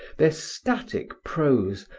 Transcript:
their static prose,